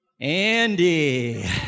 Andy